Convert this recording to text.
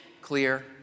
clear